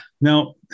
Now